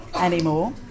anymore